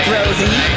Rosie